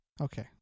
Okay